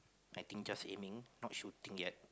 I think just aiming not shooting yet